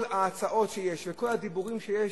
כל ההצעות שיש וכל הדיבורים שיש,